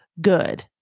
good